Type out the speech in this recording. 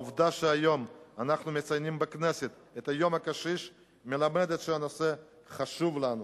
העובדה שהיום אנחנו מציינים בכנסת את יום הקשיש מלמדת שהנושא חשוב לנו,